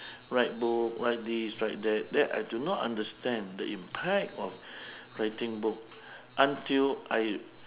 write book write this write that then I do not understand the impact of writing book until I